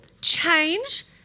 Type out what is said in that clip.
change